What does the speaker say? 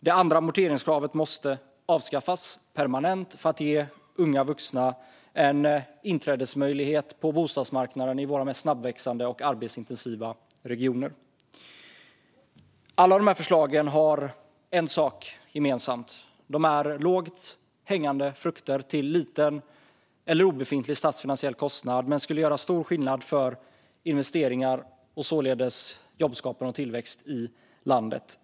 Det andra amorteringskravet måste avskaffas permanent för att unga vuxna ska ges en inträdesmöjlighet på bostadsmarknaden i våra mest snabbväxande och arbetsintensiva regioner. Alla dessa förslag har en sak gemensamt: De är lågt hängande frukter, och den statsfinansiella kostnaden är liten eller obefintlig. Men de skulle göra stor skillnad för investeringar, och således för jobbskapande och tillväxt, i landet.